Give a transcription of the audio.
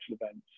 events